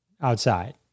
outside